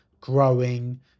growing